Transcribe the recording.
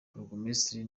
burugumesitiri